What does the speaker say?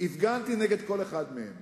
הפגנתי נגד כל אחד מהם.